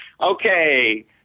okay